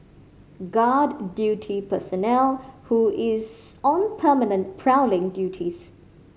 guard duty personnel who is on permanent prowling duties